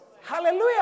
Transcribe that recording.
Hallelujah